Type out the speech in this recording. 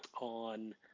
on